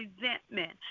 resentment